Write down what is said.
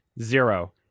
zero